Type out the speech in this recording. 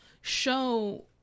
show